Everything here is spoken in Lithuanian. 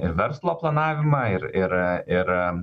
ir verslo planavimą ir ir ir